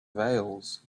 veils